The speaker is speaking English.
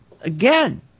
again